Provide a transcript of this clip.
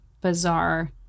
Bizarre